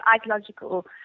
ideological